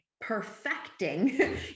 perfecting